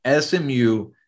SMU